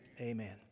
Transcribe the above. Amen